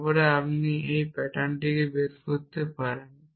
তারপরে আপনি এই প্যাটার্নটি বের করতে পারেন